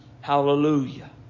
hallelujah